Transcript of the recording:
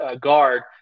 guard